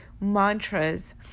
mantras